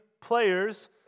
players